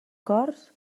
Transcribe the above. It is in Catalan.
cors